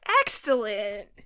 Excellent